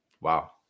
Wow